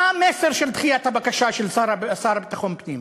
מה המסר של דחיית הבקשה של השר לביטחון פנים?